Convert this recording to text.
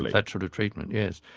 like that sort of treatment, yes,